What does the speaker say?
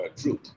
truth